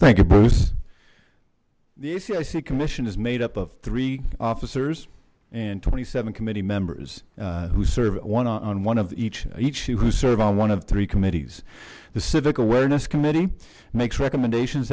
thank you bruce the a cic commission is made up of three officers and twenty seven committee members who serve one on one of each each who serve on one of three committees the civic awareness committee makes recommendations